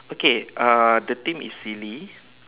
okay uh the theme is silly